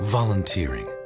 Volunteering